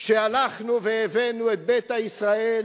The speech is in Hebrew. ב"מבצע משה", כשהלכנו והבאנו את "ביתא ישראל",